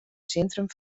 sintrum